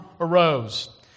arose